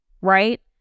right